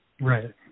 Right